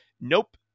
Nope